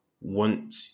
want